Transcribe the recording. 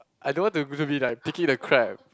I don't want to to be like the crab